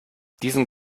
diesen